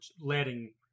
letting